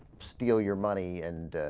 steal your money and